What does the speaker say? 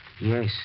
Yes